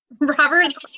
Robert's